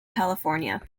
california